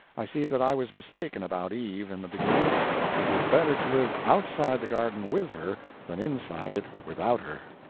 i see that i was mistaken about eve in the beginning it is better to live outside the garden with her than inside it without her.